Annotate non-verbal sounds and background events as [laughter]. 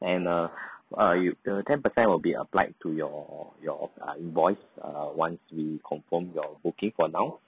and uh [breath] uh you the ten percent will be applied to your your uh invoice uh once we confirm your booking for now